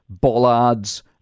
bollards